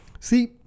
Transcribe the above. See